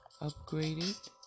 upgraded